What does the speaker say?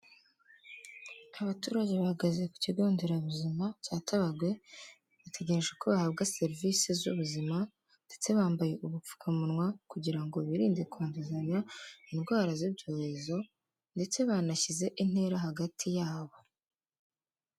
Abaturage bahagaze ku kigo nderabuzima cya Tabagwe, bategereje ko bahabwa serivise z'ubuzima ndetse bambaye ubupfukamunwa kugira ngo birinde kwanduzanya indwara z'ibyorezo ndetse banashyize intera hagati yabo.